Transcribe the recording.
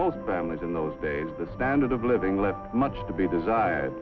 most families in those days the standard of living left much to be desired